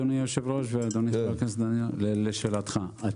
ברשותך ולשאלתך,